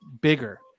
bigger